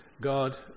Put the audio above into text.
God